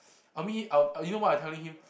I meet I'll you know what I telling him